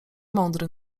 mądry